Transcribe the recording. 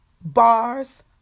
bars